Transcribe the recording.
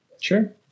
Sure